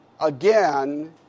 again